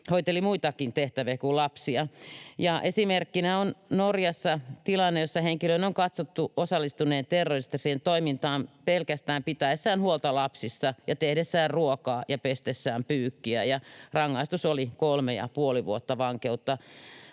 hoiteli muitakin tehtäviä kuin lapsia. Esimerkkinä on Norjasta tilanne, jossa henkilön on katsottu osallistuneen terroristiseen toimintaan pelkästään pitäessään huolta lapsista ja tehdessään ruokaa ja pestessään pyykkiä, ja rangaistus oli kolme ja puoli vuotta vankeutta.